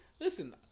listen